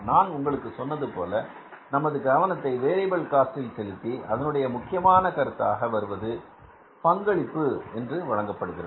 நான் உங்களுக்கு சொன்னது போல நமது கவனத்தை வேரியபில் காஸ்ட் செலுத்தி அதனுடைய முக்கியமான கருத்தாக வருவது பங்களிப்பு என்று அழைக்கப்படுகிறது